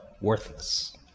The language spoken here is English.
worthless